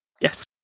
Yes